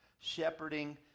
shepherding